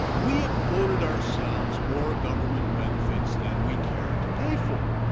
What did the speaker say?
we have voted ourselves more government benefits than we care to pay for.